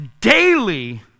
daily